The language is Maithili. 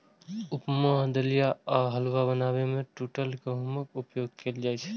उपमा, दलिया आ हलुआ बनाबै मे टूटल गहूमक उपयोग कैल जाइ छै